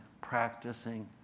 practicing